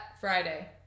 Friday